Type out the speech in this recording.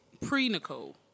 Pre-Nicole